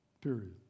period